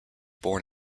born